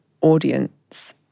audience